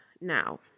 Now